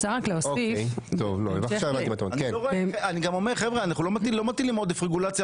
אומר שאנחנו לא מטילים עודף רגולציה